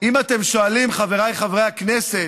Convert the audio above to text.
אם אתם שואלים, חבריי חברי הכנסת,